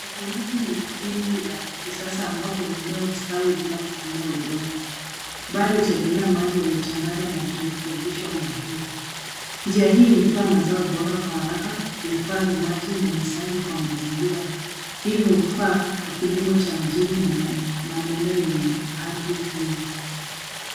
Hydroponiki ni mbinu ya kisasa ambapo mimea hustawi bila kutumia udongo, bali hutegemea maji iliyochanganywa na virutubisho muhimu. Njia hii hutoa mazao kwa uharaka, uhifadhi maji na ni sawi kwa mazingira. Hivi hufaa kwa kilimo cha mijini na maeneo yenye ardhi finyu.